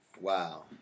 Wow